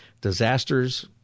disasters